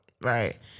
Right